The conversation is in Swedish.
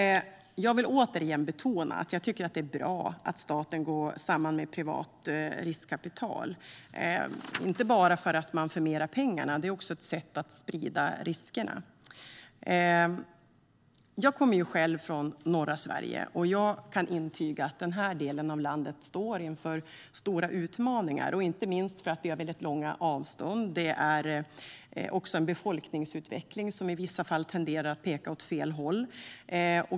Jag vill återigen betona att jag tycker att det är bra att staten går samman med privat riskkapital, inte bara för att man förmerar pengarna utan för att det också är ett sätt att sprida riskerna. Jag kommer själv från norra Sverige och kan intyga att den delen av landet står inför stora utmaningar, inte minst för att det är väldigt långa avstånd och en befolkningsutveckling som i vissa fall tenderar att peka åt fel håll.